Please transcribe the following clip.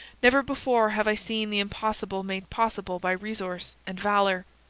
never before have i seen the impossible made possible by resource and valour,